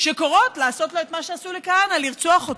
שקוראות לעשות לו מה שעשו לכהנא: לרצוח אותו.